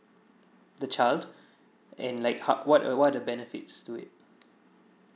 the child and like what are what are the benefits to it